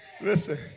Listen